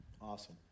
Awesome